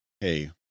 Hey